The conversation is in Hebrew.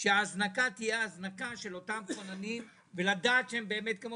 שההזנקה תהיה הזנקה של אותם כוננים ולדעת שכמו